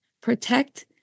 protect